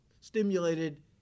stimulated